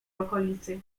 okolicy